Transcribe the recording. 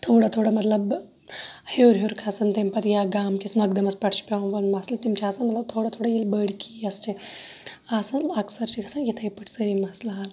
تھوڑا تھوڑا مَطلَب ہیٚوٚر ہیٚوٚر کھَسان تمہ پَتہٕ یا گامہٕ کِس مۄکدَمَس پیٹھ چھُ پیٚوان مَسلہٕ تِم چھِ آسان مَطلَب تھوڑا تھوڑا ییٚلہِ بٔڑۍ کیس چھِ آسان اَکثَر چھِ گَژھان یِتھے پٲٹھۍ سٲری مَسلہٕ حَل